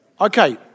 Okay